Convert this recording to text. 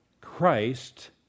Christ